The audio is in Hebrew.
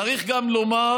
צריך גם לומר